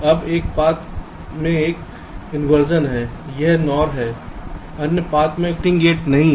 अब एक पथ में एक इंवर्जन है एक NOR है अन्य पथ में कोई इनवर्टिंग गेट नहीं हैं